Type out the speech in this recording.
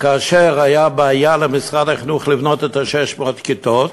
וכאשר הייתה בעיה למשרד החינוך לבנות את 600 הכיתות,